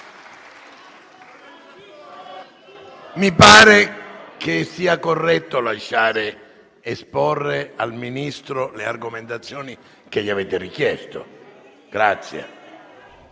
Mi pare corretto lasciare esporre al Ministro le argomentazioni che gli avete richiesto.